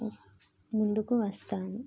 ముందుకు వస్తాను